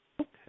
Okay